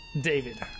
David